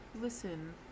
listen